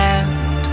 end